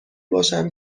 باشم